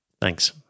Thanks